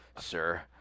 sir